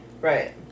right